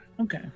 Okay